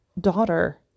daughter